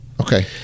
Okay